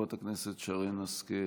חברת הכנסת שרן השכל,